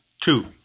two